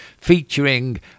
featuring